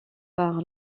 par